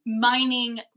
mining